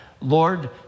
Lord